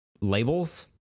labels